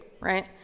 right